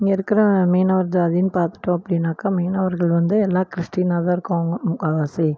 இங்கே இருக்கிற மீனவர் ஜாதின்னு பார்த்துட்டோம் அப்படினாக்கா மீனவர்கள் வந்து எல்லாம் கிறிஸ்டினாகதான் இருக்குவாங்கள் முக்கால்வாசி